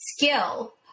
skill